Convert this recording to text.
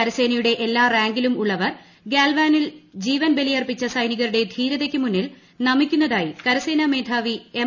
കരസേനയുടെ എല്ലാ റാങ്കിലും ഉള്ളവർ ഗാൽവാനിൽ ജീവൻ ബലിയർപ്പിച്ച സൈനികരുടെ ധീരതയ്ക്ക് മുന്നിൽ നമിക്കുന്നതായി കരസേനാ മേധാവി എം